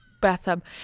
bathtub